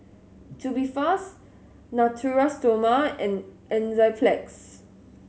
Tubifast Natura Stoma and Enzyplex